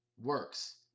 works